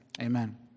Amen